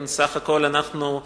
בסך הכול אנחנו,